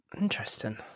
Interesting